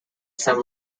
some